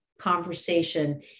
conversation